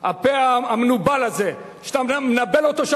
הפה המנובל הזה שאתה מנבל אותו,